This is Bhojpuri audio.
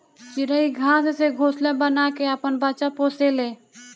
चिरई घास से घोंसला बना के आपन बच्चा पोसे ले